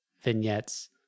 vignettes